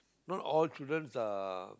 not all childrens are